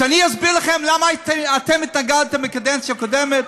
שאני אסביר לכם למה אתם התנגדתם בקדנציה הקודמת?